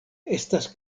estas